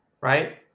right